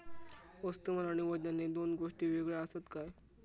वस्तुमान आणि वजन हे दोन गोष्टी वेगळे आसत काय?